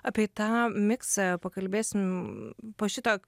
apie tą miksą pakalbėsim po šito